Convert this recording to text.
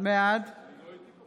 בעד